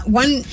one